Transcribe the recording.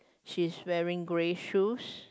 she's wearing grey shoes